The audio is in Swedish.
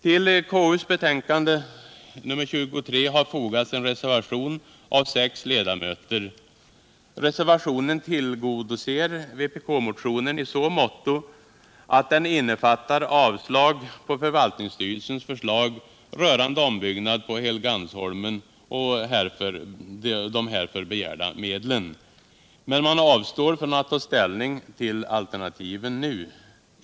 Till konstitutionsutskottets betänkande nr 23 har fogats en reservation av sex ledamöter. Reservationen tillgodoser vpk-motionen i så måtto att den innefattar avslag på förvaltningsstyrelsens förslag rörande ombyggnad på Helgeandsholmen och de härför begärda medlen. Men man avstår från att ta ställning till alternativen nu.